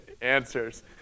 answers